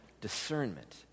discernment